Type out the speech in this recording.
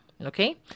Okay